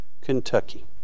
Kentucky